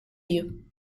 you